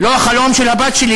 לא החלום של הבת שלי,